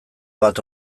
bat